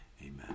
Amen